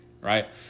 right